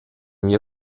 mir